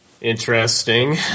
Interesting